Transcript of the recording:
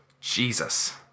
Jesus